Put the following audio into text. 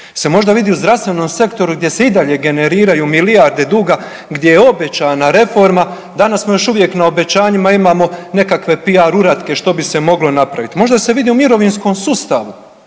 se možda vidi u zdravstvenom sektoru gdje se i dalje generiraju milijarde duga, gdje je obećana reforma, danas smo još uvijek na obećanjima, imamo nekakve PR uratke što bi se moglo napravit. Možda se vidi u mirovinskom sustavu,